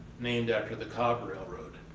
named after the cobb railroad,